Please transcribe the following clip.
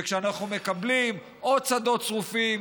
וכשאנחנו מקבלים עוד שדות שרופים,